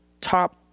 top